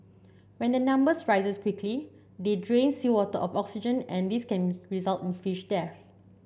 when their numbers rises quickly they drain seawater of oxygen and this can result in fish death